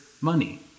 money